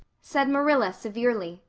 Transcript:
said marilla severely.